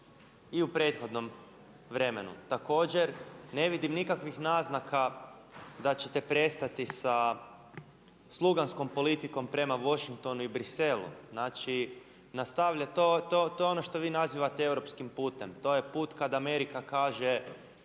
i u prethodnom vremenu. Također ne vidim nikakvih naznaka da ćete prestati sa sluganskom politikom prema Washingtonu i Bruxellesu. Znači nastavlja, to je ono što vi nazivate europskim putem, to je put kada Amerika kaže